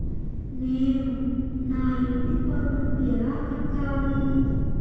నేను నా ఇంటి పన్నును ఎలా కట్టాలి?